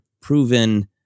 proven